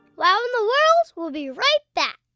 wow in the world will be right back.